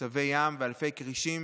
צבי ים ואלפי כרישים